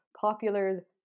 popular